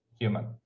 human